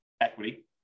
equity